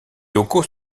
locaux